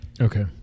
Okay